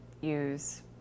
use